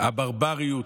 הברבריות,